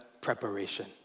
preparation